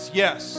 yes